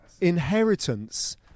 inheritance